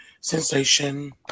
sensation